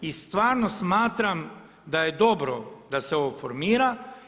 I stvarno smatram da je dobro da se ovo formira.